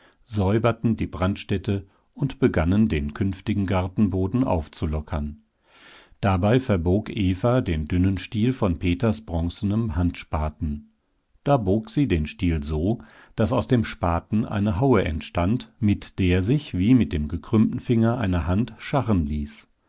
säuberten die brandstätte und begannen den künftigen gartenboden aufzulockern dabei verbog eva den dünnen stiel von peters bronzenem handspaten da bog sie den stiel so daß aus dem spaten eine haue entstand mit der sich wie mit dem gekrümmten finger einer hand scharren ließ